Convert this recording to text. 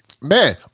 Man